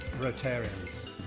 Rotarians